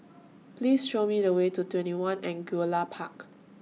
Please Show Me The Way to TwentyOne Angullia Park